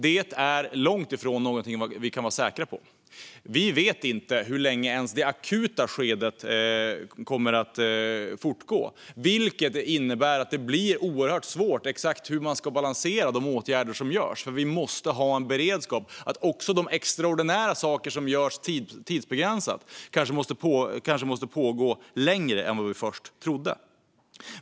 Det är långt ifrån något som vi kan vara säkra på. Vi vet inte ens hur länge det akuta skedet kommer att fortgå, vilket innebär att det blir oerhört svårt att veta exakt hur man ska balansera de åtgärder som vidtas. Vi måste ha en beredskap för att också de extraordinära saker som görs tidsbegränsat kan behöva pågå längre än vad vi först trodde.